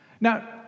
Now